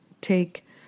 take